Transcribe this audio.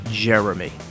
Jeremy